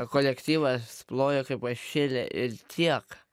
kolektyvas plojo kaip pašėlę ir tiek